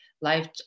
life